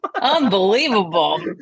Unbelievable